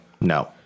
No